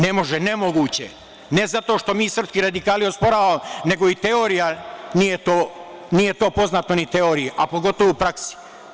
Ne može, ne moguće je, ne zato što mi srpski radikali osporavamo, nego nije to poznato ni teoriji, a pogotovo praksi.